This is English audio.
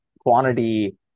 quantity